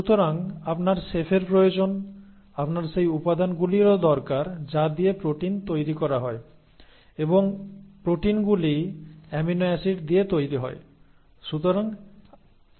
সুতরাং আপনার শেফের প্রয়োজন আপনার সেই উপাদানগুলিরও দরকার যা দিয়ে প্রোটিন তৈরি করা হয় এবং প্রোটিনগুলি অ্যামিনো অ্যাসিড দিয়ে তৈরি হয়